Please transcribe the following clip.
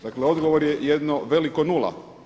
Dakle odgovor je jedno veliko nula.